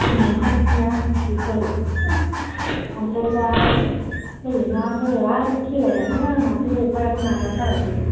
जोंनि न' खाथिनिया बेखौ ओमफ्राय दा होयो ना होआ बे खेलायानो माथ' अखायाबो नागारथारासै